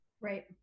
Right